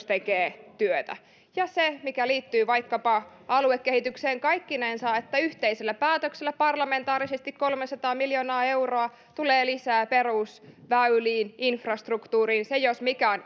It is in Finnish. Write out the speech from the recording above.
tekee työtä vaikkapa se liittyy aluekehitykseen kaikkinensa että yhteisellä päätöksellä parlamentaarisesti kolmesataa miljoonaa euroa tulee lisää perusväyliin ja infrastruktuuriin ja se jos mikä on